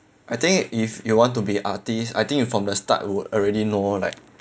I think if you want to be artist I think you from the start would already know like